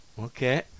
okay